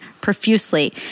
profusely